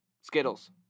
Skittles